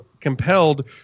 compelled